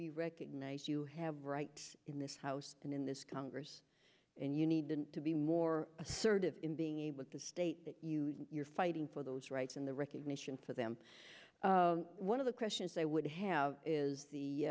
to recognize you have rights in this house and in this congress and you need to be more assertive in being able to state that you are fighting for those rights and the recognition for them one of the questions they would have is the